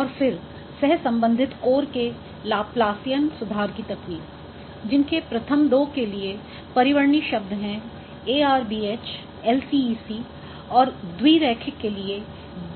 और फिर सह संबंधित कोर के लाप्लासियन सुधार की तकनीक जिनके प्रथम दो के लिए परिवर्णी शब्द हैं ARBH LCEC और द्विरैखिक के लिए BI है